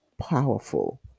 powerful